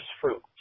fruit